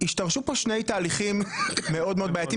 שהשתרשו כאן שני תהליכים מאוד מאוד בעייתיים,